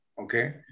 okay